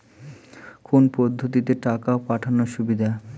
কোন পদ্ধতিতে টাকা পাঠানো সুবিধা?